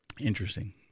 Interesting